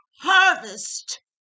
harvest